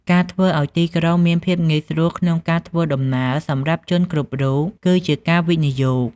ការធ្វើឱ្យទីក្រុងមានភាពងាយស្រួលក្នុងការធ្វើដំណើរសម្រាប់ជនគ្រប់រូប គឺជាការវិនិយោគ។